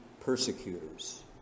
Persecutors